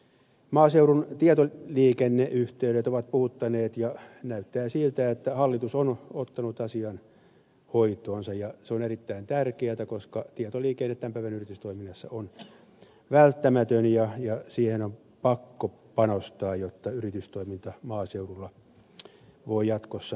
maaseudun tietoliikenneyhteydet ovat puhuttaneet ja näyttää siltä että hallitus on ottanut asian hoitoonsa ja se on erittäin tärkeätä koska tietoliikenne tämän päivän yritystoiminnassa on välttämätön asia ja siihen on pakko panostaa jotta yritystoiminta maaseudulla voi jatkossa menestyä